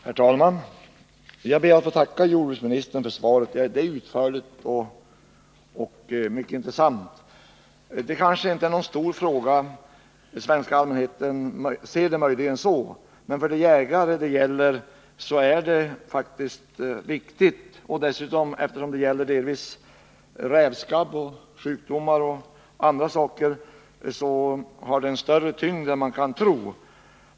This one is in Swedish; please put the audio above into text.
Herr talman! Jag ber att få tacka jordbruksministern för svaret. Det är utförligt och mycket intressant. Detta kanske inte är någon stor fråga. Den svenska allmänheten ser den möjligen så, men för de jägare den gäller är den faktiskt viktig. Eftersom frågan delvis gäller rävskabb, sjukdomar och andra saker har den större tyngd än man kan tro.